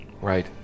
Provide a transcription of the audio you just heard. Right